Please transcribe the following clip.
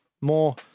More